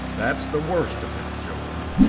that's the worst of it, joan,